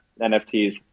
nfts